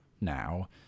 now